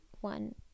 one